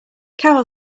carol